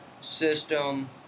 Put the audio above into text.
system